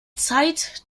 zeit